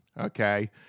Okay